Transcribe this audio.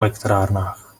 elektrárnách